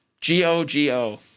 G-O-G-O